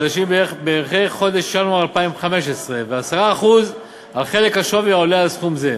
בערכי חודש ינואר 2015 ו-10% על חלק השווי העולה על סכום זה.